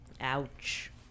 Ouch